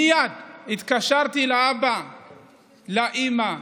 מייד התקשרתי לאבא ולאימא.